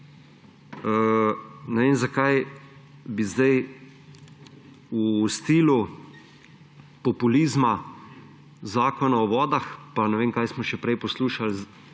Ne vem, zakaj bi sedaj v stilu populizma Zakona o voda, pa ne vem, kaj smo še prej poslušali